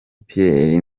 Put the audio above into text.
pierre